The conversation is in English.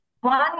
one